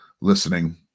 listening